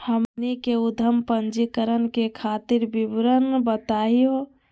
हमनी के उद्यम पंजीकरण करे खातीर विवरण बताही हो?